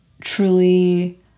truly